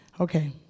Okay